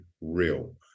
real